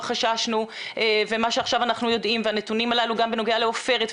חששנו ממנו ומה שעכשיו אנחנו יודעים גם לגבי הנתונים בנוגע לעופרת.